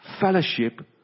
fellowship